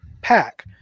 pack